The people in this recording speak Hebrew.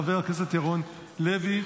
חבר הכנסת ירון לוי,